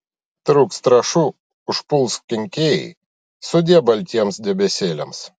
trūks trąšų užpuls kenkėjai sudie baltiems debesėliams